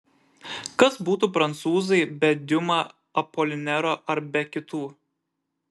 kas būtų prancūzai be diuma apolinero ar be kitų